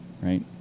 right